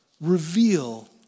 reveal